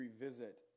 revisit